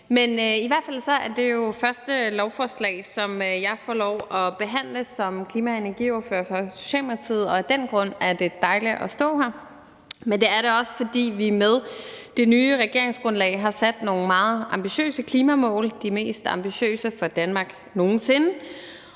Men i hvert fald er det jo det første lovforslag, som jeg får lov at behandle som klima- og energiordfører for Socialdemokratiet, og af den grund er det dejligt at stå her, men det er det også, fordi vi med det nye regeringsgrundlag har sat nogle meget ambitiøse klimamål – de mest ambitiøse for Danmark nogen sinde.